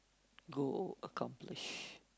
go accomplish